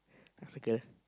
the circle